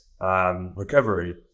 recovery